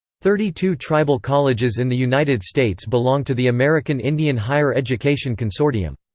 thirty-two tribal colleges in the united states belong to the american indian higher education consortium.